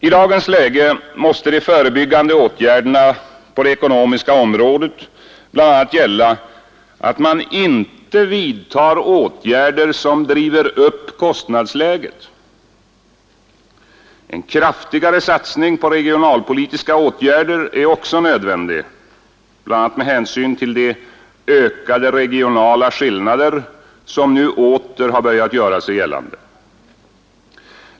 I dagens läge måste de förebyggande åtgärderna på det ekonomiska området bl.a. gälla att man inte vidtar åtgärder som driver upp kostnadsläget. En kraftigare satsning på regionalpolitiska åtgärder är också nödvändig, bl.a. med hänsyn till de ökade regionala skillnader som nu åter har börjat göra sig gällande.